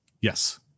Yes